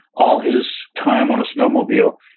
all his time on a snowmobile,